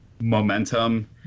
momentum